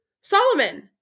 Solomon